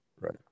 right